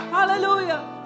Hallelujah